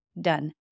done